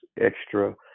extra